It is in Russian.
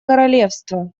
королевства